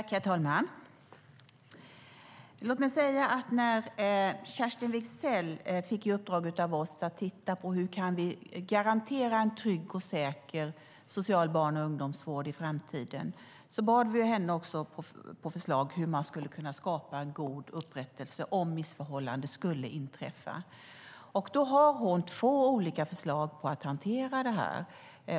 Herr talman! Låt mig säga att när Kerstin Wigzell fick i uppdrag av oss att titta på hur vi kan garantera en trygg och säker social barn och ungdomsvård i framtiden bad vi henne att också ge förslag på hur man kunde skapa god upprättelse om missförhållande skulle inträffa. Hon har två olika förslag på hur det kan hanteras.